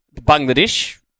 Bangladesh